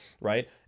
right